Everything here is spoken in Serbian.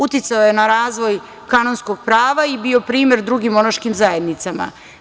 Uticao je ne razvoj kanonskog prava i bio primer drugima monaškim zajednicama.